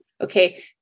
Okay